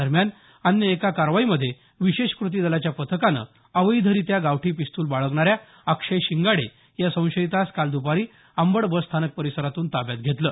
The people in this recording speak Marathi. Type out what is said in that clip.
दरम्यान अन्य एका कारवाईमध्ये विशेष कृती दलाच्या पथकानं अवैधरीत्या गावठी पिस्तुल बाळगणाऱ्या अक्षय शिंगाडे या संशयितास काल द्पारी अंबड बसस्थानक परिसरातून ताब्यात घेतलं